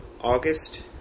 August